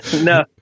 No